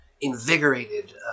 invigorated